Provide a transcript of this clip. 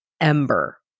Ember